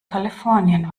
kalifornien